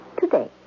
today